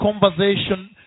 conversation